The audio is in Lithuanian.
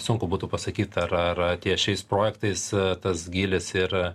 sunku būtų pasakyt ar ar ties šiais projektais tas gylis ir